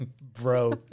Bro